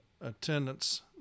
attendance